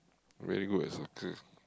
very good at soccer